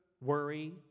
worry